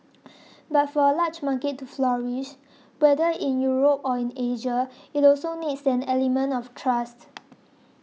but for a large market to flourish whether in Europe or in Asia it also needs an element of trust